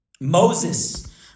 Moses